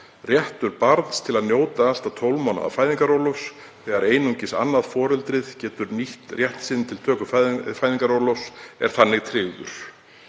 Réttur barns til að njóta allt að 12 mánaða fæðingarorlofs, þegar einungis annað foreldrið getur nýtt rétt sinn til töku fæðingarorlofs, er þannig tryggður.“